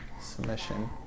Submission